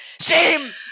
Shame